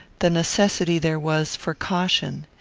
the necessity there was for caution.